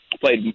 played